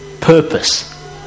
purpose